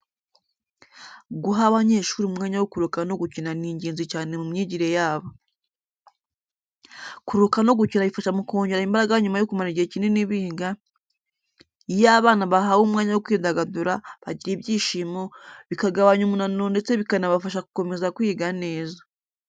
Guha abanyeshuri umwanya wo kuruhuka no gukina ni ingenzi cyane mu myigire yabo. Kuruhuka no gukina bifasha mu kongera imbaraga nyuma yo kumara igihe kinini biga. Iyo abana bahawe umwanya wo kwidagadura, bagira ibyishimo, bikagabanya umunaniro ndetse bikanabafasha gukomeza kwiga neza.